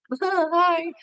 hi